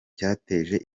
cyateje